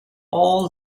all